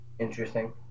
Interesting